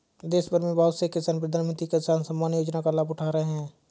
देशभर में बहुत से किसान प्रधानमंत्री किसान सम्मान योजना का लाभ उठा रहे हैं